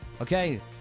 Okay